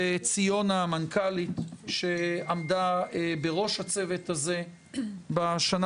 לציונה המנכ"לית שעמדה בראש הצוות הזה בשנה